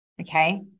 okay